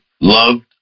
Loved